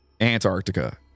Antarctica